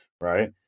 Right